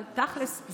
אבל תכלס,